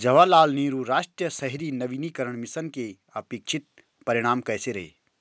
जवाहरलाल नेहरू राष्ट्रीय शहरी नवीकरण मिशन के अपेक्षित परिणाम कैसे रहे?